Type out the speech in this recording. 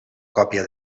còpia